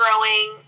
growing